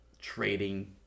trading